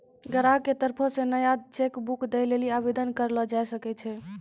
ग्राहको के तरफो से नया चेक बुक दै लेली आवेदन करलो जाय सकै छै